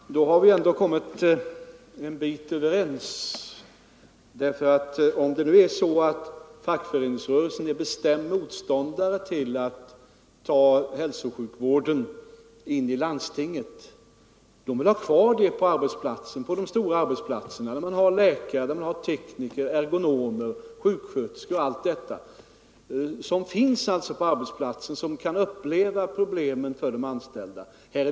Herr talman! Då har vi ändå kommit en bit på väg mot att bli överens. Fackföreningsrörelsen är bestämd motståndare till att ta in hälsosjukvården i landstinget, utan man vill ha den kvar på de stora arbetsplatserna, där man förutom allt annat som finns på arbetsplatserna har tillgång till läkare, tekniker, ergonomer och sjuksköterskor, som kan leva sig in i de anställdas problem.